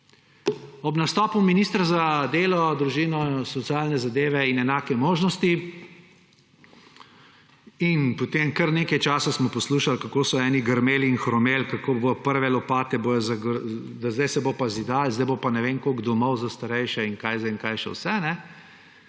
Ob nastopu ministra za delo, družino, socialne zadeve in enake možnosti in potem kar nekaj časa smo poslušali, kako so eni grmeli in hromeli, kako bodo prve lopate, sedaj se bo pa zidalo, sedaj bo pa ne vem koliko domov za starejše in kaj jaz vem, kaj še vse.